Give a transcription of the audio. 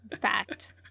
fact